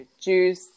juice